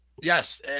Yes